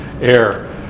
air